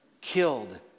killed